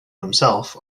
himself